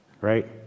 Right